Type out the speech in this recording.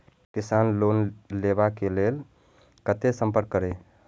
किसान लोन लेवा के लेल कते संपर्क करें?